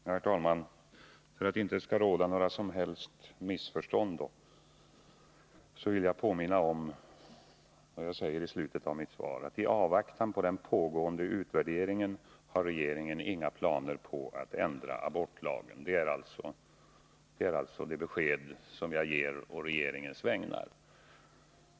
Herr talman! För att det inte skall råda några som helst missförstånd vill jag påminna om vad jag säger i slutet av mitt svar: ”I avvaktan på den pågående utvärderingen har regeringen inga planer på att ändra abortlagen.” Det är alltså det besked som jag ger å regeringens vägnar.